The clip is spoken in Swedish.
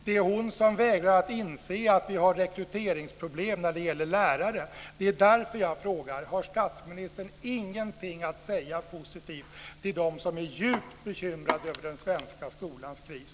Det är hon som vägrar att inse att vi har rekryteringsproblem när det gäller lärare. Det är därför jag frågar om statsministern inte har något positivt att säga till dem som är djupt bekymrade över den svenska skolans kris.